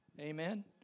Amen